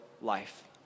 life